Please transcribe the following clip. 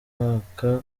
mwaka